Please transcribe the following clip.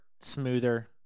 smoother